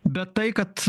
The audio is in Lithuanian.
bet tai kad